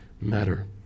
matter